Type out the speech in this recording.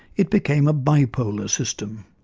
it became a bipolar system,